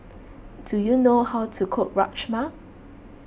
do you know how to cook Rajma